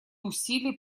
усилий